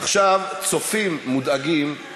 עכשיו צופים מודאגים,